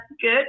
good